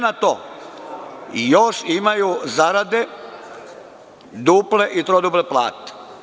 Na to, još imaju zarade duple i troduple plate.